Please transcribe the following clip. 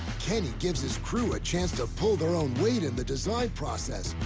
kenny gives his crew a chance to pull their own weight in the design process.